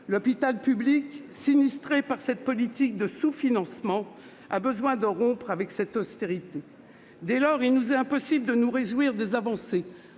L'hôpital public, sinistré par cette politique de sous-financement, a besoin de rompre avec cette austérité. Dès lors, il nous est impossible de nous réjouir des avancées,